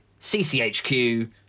CCHQ